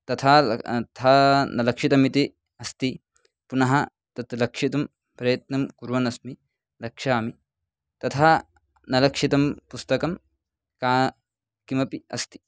तथा ल था न लक्षितमिति अस्ति पुनः तत् लक्षितुं प्रयत्नं कुर्वन्नस्मि लक्षामि तथा न लक्षितं पुस्तकं का किमपि अस्ति